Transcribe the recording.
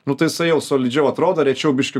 nu tai jisai jau solidžiau atrodo rečiau biški